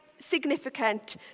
significant